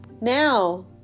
Now